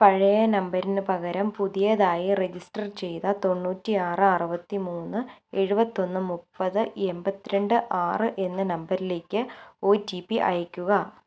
പഴയ നമ്പറിനുപകരം പുതിയതായി രജിസ്റ്റർ ചെയ്ത തൊണ്ണൂറ്റിയാറ് അറുപത്തിമൂന്ന് എഴുപത്തൊന്ന് മുപ്പത് എൺപത്തിരണ്ട് ആറ് എന്ന നമ്പറിലേക്ക് ഒ ടി പി അയയ്ക്കുക